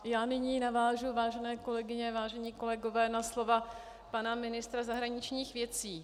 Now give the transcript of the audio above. Já nyní navážu, vážené kolegyně a vážení kolegové, na slova pana ministra zahraničních věcí.